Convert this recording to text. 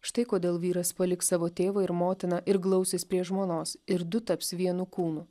štai kodėl vyras paliks savo tėvą ir motiną ir glausis prie žmonos ir du taps vienu kūnu